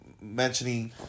mentioning